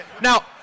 Now